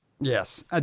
Yes